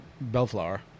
Bellflower